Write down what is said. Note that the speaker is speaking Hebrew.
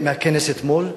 מהכנס אתמול,